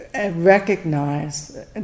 recognize